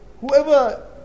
whoever